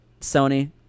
Sony